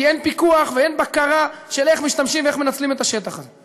כי אין פיקוח ואין בקרה על איך משתמשים ואיך מנצלים את השטח הזה.